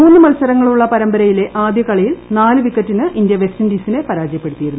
മൂന്നു മത്സരങ്ങളുള്ള പരമ്പരയില്ലി ആദ്യ കളിയിൽ നാലു വിക്കറ്റിന് ഇന്തൃ വെസ്റ്റ് ഇൻഡീസിനെ പര്യാജ്യപ്പെടുത്തിയിരുന്നു